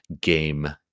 game